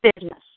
business